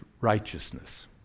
righteousness